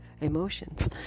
emotions